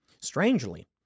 Strangely